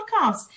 podcast